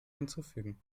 hinzufügen